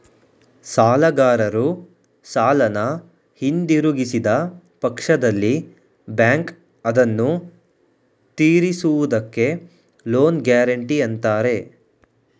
ಸಾಲಗಾರರು ಸಾಲನ ಹಿಂದಿರುಗಿಸಿದ ಪಕ್ಷದಲ್ಲಿ ಬ್ಯಾಂಕ್ ಅದನ್ನು ತಿರಿಸುವುದಕ್ಕೆ ಲೋನ್ ಗ್ಯಾರೆಂಟಿ ಅಂತಾರೆ